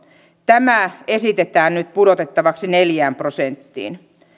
tämä esitetään nyt pudotettavaksi neljään prosenttiin